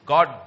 God